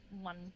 one